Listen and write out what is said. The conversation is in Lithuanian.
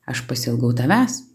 aš pasiilgau tavęs